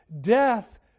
Death